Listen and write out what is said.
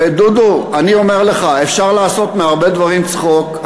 דודו, אני אומר לך, אפשר לעשות מהרבה דברים צחוק.